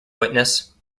witness